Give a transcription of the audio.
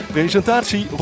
Presentatie